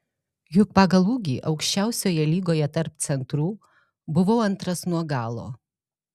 juk pagal ūgį aukščiausioje lygoje tarp centrų buvau antras nuo galo